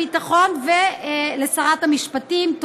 משרד הביטחון, למערכת הביטחון ולשרת המשפטים.